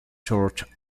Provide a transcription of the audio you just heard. church